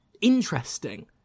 interesting